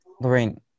Lorraine